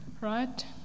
right